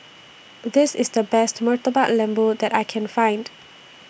This IS The Best Murtabak Lembu that I Can Find